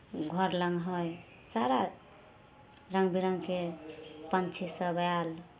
घर लग हइ सारा रङ्ग बिरङ्गके पंछीसभ आयल